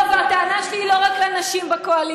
לא, והטענה שלי היא לא רק לנשים בקואליציה.